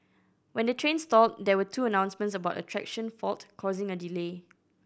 when the train stalled there were two announcements about a traction fault causing a delay